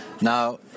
Now